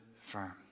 firm